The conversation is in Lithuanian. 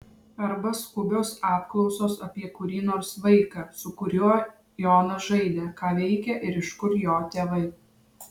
arba skubios apklausos apie kurį nors vaiką su kuriuo jonas žaidė ką veikia ir iš kur jo tėvai